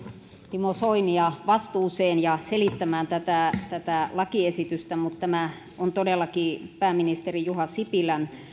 timo soinia vastuuseen ja selittämään tätä tätä lakiesitystä mutta tämä on todellakin pääministeri juha sipilän